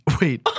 Wait